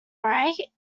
right